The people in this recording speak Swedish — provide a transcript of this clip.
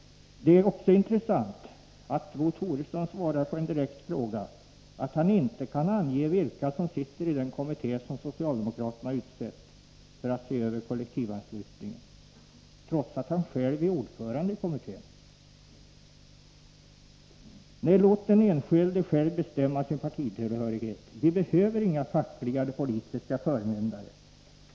Det är också intressant att Bo Toresson på en direkt fråga svarar att han inte kan ange vilka som sitter i den kommitté som socialdemokraterna har utsett för att se över kollektivanslutningen, trots att han själv är ordförande i kommittén. Nej, låt den enskilde själv bestämma sin partitillhörighet. Vi behöver inga fackliga eller politiska förmyndare.